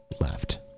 left